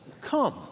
Come